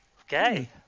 okay